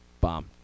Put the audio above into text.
Bomb